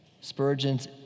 Spurgeon's